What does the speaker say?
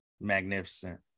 magnificent